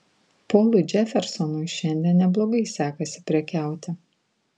polui džefersonui šiandien neblogai sekasi prekiauti